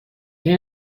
این